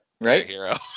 right